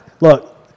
look